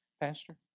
Pastor